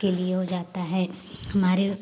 के लिए हो जाता है हमारे